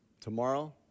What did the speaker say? Tomorrow